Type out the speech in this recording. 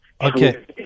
Okay